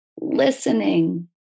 listening